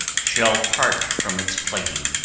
shall part from its plating.